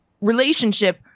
relationship